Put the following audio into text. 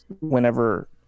whenever